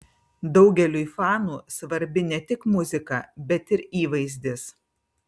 daugeliui fanų svarbi ne tik muzika bet ir įvaizdis